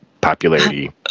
popularity